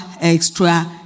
extra